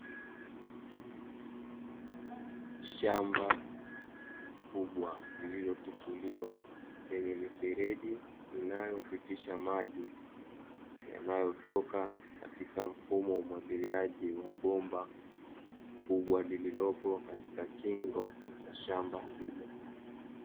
Shamba kubwa lililotifuliwa lenye mifereji inayopitisha maji yanayotoka katika mfumo wa umwagiliaji wa bomba kubwa lililopo katika kingo za shamba hili.